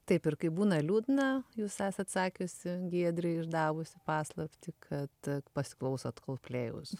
taip ir kai būna liūdna jūs esat sakiusi giedrei išdavusi paslaptį kad pasiklausot koldplėjaus